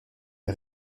est